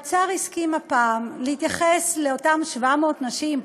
האוצר הסכים הפעם להתייחס לאותן 700 נשים,